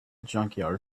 junkyard